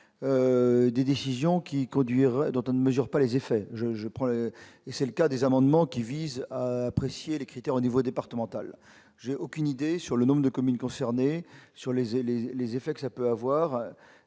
des décisions qui conduirait dont on ne mesure pas les effets, je je prends et c'est le cas des amendements qui visent à apprécier les critères au niveau départemental, j'ai aucune idée sur le nombre de communes concernées sur les ailes et les effets que ça peut avoir,